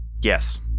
Yes